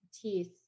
teeth